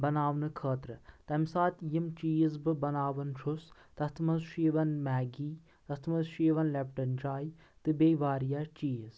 بناونہٕ خٲطرٕ تَمہِ ساتہٕ یِم چیٖز بہٕ بَناوان چھُس تَتھ منٛز چھِ یِوان میگی تَتھ منٛز چھ یِوان لِپٹَن چاے تہٕ بیٚیہِ واریاہ چیٖز